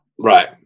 Right